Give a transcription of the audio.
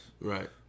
right